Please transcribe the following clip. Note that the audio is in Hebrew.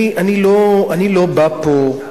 אני לא בא פה,